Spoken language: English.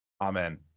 Amen